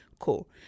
Cool